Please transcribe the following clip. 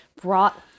brought